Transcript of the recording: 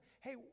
hey